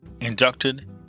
Inducted